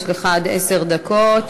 יש לך עד עשר דקות.